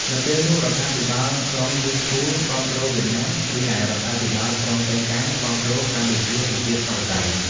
នៅពេលនោះរដ្ឋាភិបាលក្រុងមូស្គូគាំទ្រវៀតណាម រីឯរដ្ឋាភិបាលក្រុងប៉េកាំងគាំទ្រកម្ពុជាប្រជាធិបតេយ្យ។